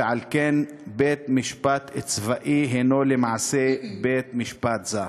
ועל כן בית-משפט צבאי הנו למעשה בית-משפט זר".